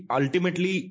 ultimately